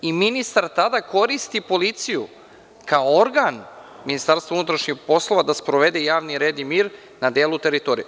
Ministar tada koristi policiju kao organ, MUP, da sprovede javni red i mir na delu teritorije.